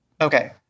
Okay